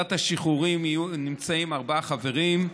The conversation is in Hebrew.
בוועדת השחרורים נמצאים ארבעה חברים,